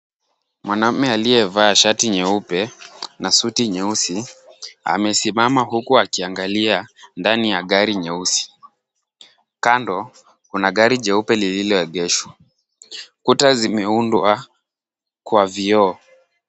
Mwanaume aliyevaa shati nyeupe na suti nyeusi amesimama huku akiangalia ndani ya gari nyeusi. Kando kuna gari jeupe lililoegeshwa. Kuta zimeundwa kwa vioo.